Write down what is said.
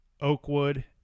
Oakwood